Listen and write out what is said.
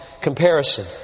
comparison